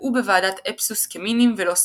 הוקעו בוועידת אפסוס כמינים ולא שרדו.